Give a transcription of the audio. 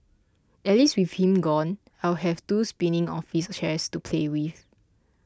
at least with him gone I'll have two spinning office chairs to play with